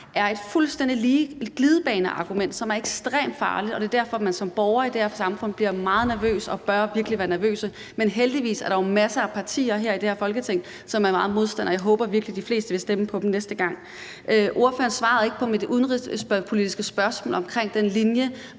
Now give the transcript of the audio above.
er en fuldstændig glidebaneargumentation, som er ekstremt farlig, og det er derfor, man som borger i det her samfund bliver meget nervøs og virkelig bør være nervøs. Men heldigvis er der jo masser af partier i det her Folketing, som er meget modstandere af det her, og jeg håber virkelig, at de fleste vil stemme på dem næste gang. Ordføreren svarede ikke på mit udenrigspolitiske spørgsmål omkring den linje,